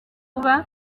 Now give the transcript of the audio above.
kuba